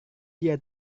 dia